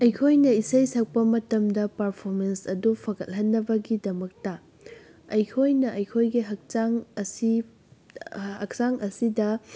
ꯑꯩꯈꯣꯏꯅ ꯏꯁꯩ ꯁꯛꯄ ꯃꯇꯝꯗ ꯄ꯭ꯔꯐꯣꯔꯃꯦꯟꯁ ꯑꯗꯨ ꯐꯒꯠꯍꯟꯅꯕꯒꯤꯗꯃꯛꯇ ꯑꯩꯈꯣꯏꯅ ꯑꯩꯈꯣꯏꯒꯤ ꯍꯛꯆꯥꯡ ꯑꯁꯤ ꯍꯛꯆꯥꯡ ꯑꯁꯤꯗ